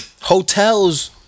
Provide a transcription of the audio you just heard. hotels